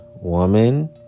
Woman